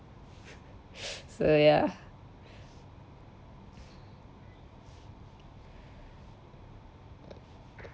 so ya